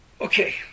Okay